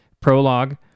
prologue